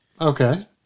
Okay